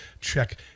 check